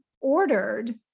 ordered